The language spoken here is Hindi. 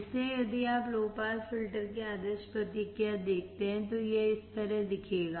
इसलिए यदि आप लो पास फिल्टर की आदर्श प्रतिक्रिया देखते हैं तो यह इस तरह दिखेगा